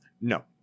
No